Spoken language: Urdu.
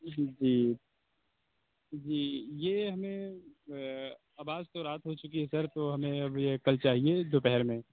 جی جی یہ ہمیں اب آج تو رات ہو چکی ہے سر تو ہمیں اب یہ کل چاہیے دوپہر میں